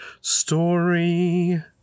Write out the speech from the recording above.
story